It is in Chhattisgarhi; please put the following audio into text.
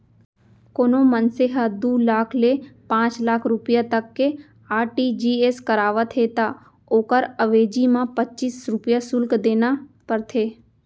कोनों मनसे ह दू लाख ले पांच लाख रूपिया तक के आर.टी.जी.एस करावत हे त ओकर अवेजी म पच्चीस रूपया सुल्क देना परथे